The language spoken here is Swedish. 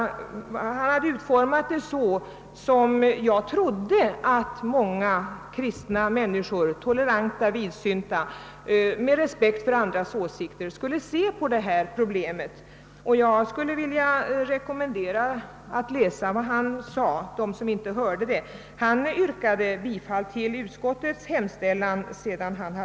Hans anförande gav uttryck för en syn på det här problemet som jag tror att många kristna, toleranta och vidsynta människor med respekt för andras åsikter har. Jag skulle vilja rekommendera dem som inte hörde på hans anförande att läsa protokollet. Han slutade sitt anförande med att yrka bifall till utskottets hemställan.